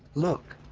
look!